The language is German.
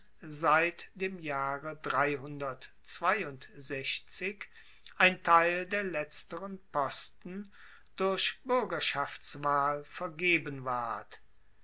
seit dem jahre ein teil der letzteren posten durch buergerschaftswahl vergeben ward